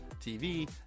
tv